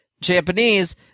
Japanese